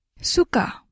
Suka